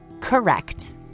correct